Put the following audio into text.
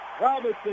Robinson